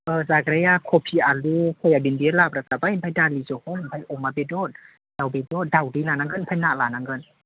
ओ जाग्राया कबि आलु सयाबिन बे लाब्रा जाबाय ओमफ्राय दालि झल ओमफ्राय अमा बेदर दाउ बेदर दावदै लानांगोन ओमफ्राय ना लानांगोन